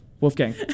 Wolfgang